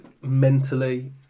mentally